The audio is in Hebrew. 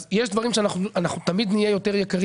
אז יש דברים שאנחנו תמיד נהיה יותר יקרים